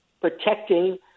protecting